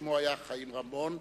שמו היה חיים רמון,